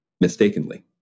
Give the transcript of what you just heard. mistakenly